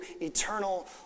eternal